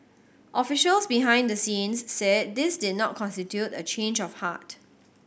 officials behind the scenes said this did not constitute a change of heart